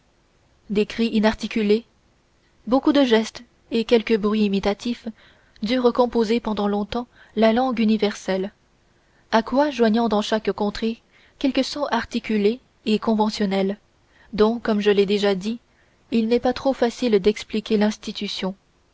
des cris inarticulés beaucoup de gestes et quelques bruits imitatifs durent composer pendant longtemps la langue universelle à quoi joignant dans chaque contrée quelques sons articulés et conventionnels dont comme je l'ai déjà dit il n'est pas trop facile d'expliquer l'institution